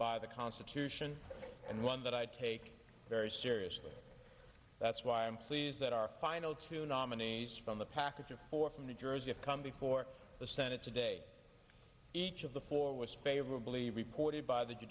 by the constitution and one that i take very seriously that's why i'm pleased that our final two nominees from the package of four from new jersey have come before the senate today each of the four was favorably reported by th